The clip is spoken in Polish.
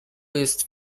jest